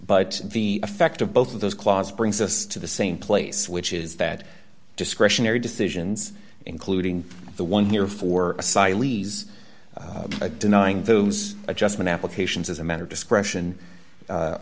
but the effect of both of those clause brings us to the same place which is that discretionary decisions including the one here for asylum denying those adjustment applications as a matter of discretion